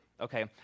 Okay